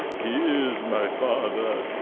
he is my father.